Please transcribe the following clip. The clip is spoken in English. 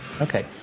Okay